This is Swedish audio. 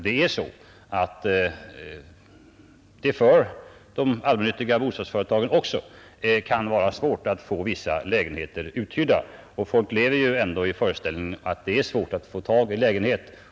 De allmännyttiga bostadsföretagen har ju ibland problem att få vissa lägenheter uthyrda, och folk lever alltjämt i den föreställningen att det är svårt att få tag i lägenhet.